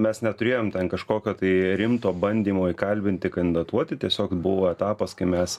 mes neturėjom ten kažkokio tai rimto bandymo įkalbinti kandidatuoti tiesiog buvo etapas kai mes